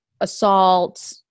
assault